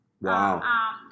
Wow